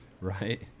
Right